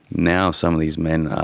now some of these men are